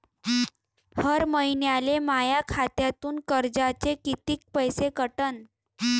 हर महिन्याले माह्या खात्यातून कर्जाचे कितीक पैसे कटन?